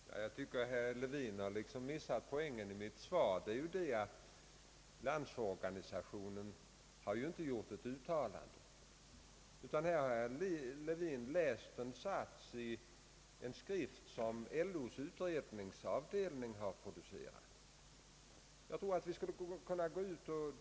Herr talman! Jag tycker att herr Levin har liksom missat poängen i mitt svar. LO har inte gjort något uttalande, utan herr Levin har läst en sats i en skrift som LO:s utredningsavdelning har gett ut.